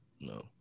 No